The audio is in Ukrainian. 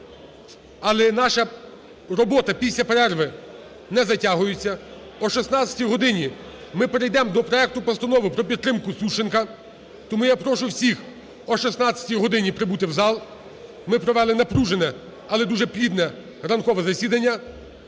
Але наша робота після перерви не затягується. О 16-й годині ми перейдемо до проекту Постанови про підтримку Сущенка. Тому я прошу всіх о 16 годині прибути в зал. Ми провели напружене, але дуже плідне ранкове засідання.